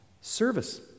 Service